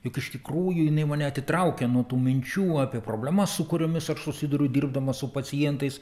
juk iš tikrųjų jinai mane atitraukia nuo tų minčių apie problemas su kuriomis aš susiduriu dirbdamas su pacientais